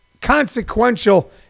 consequential